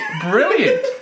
Brilliant